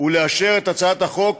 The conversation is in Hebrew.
ולאשר את הצעת החוק